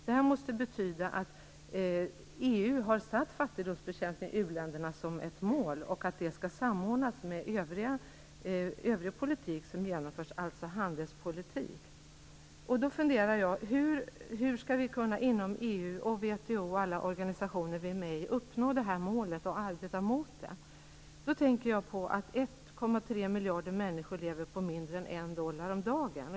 Det här måste betyda att EU har satt upp fattigdomsbekämpning i u-länderna som ett mål, och att detta skall samordnas med övrig politik som genomförs, alltså handelspolitik. Då funderar jag: Hur skall vi inom EU, WTO och alla organisationer som vi är med i, kunna uppnå det här målet och arbeta mot det? Då tänker jag på att 1,3 miljarder människor lever på mindre än en dollar om dagen.